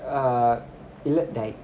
uh இல்லடேய்:illa dei